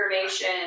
information